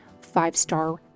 five-star